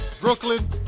Brooklyn